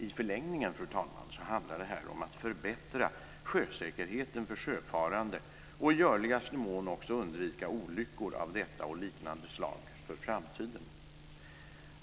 I förlängningen, fru talman, handlar det här om att förbättra säkerheten för sjöfarande och i görligaste mån också undvika olyckor av detta och liknande slag i framtiden.